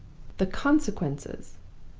the consequences!